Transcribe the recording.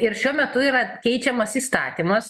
ir šiuo metu yra keičiamas įstatymas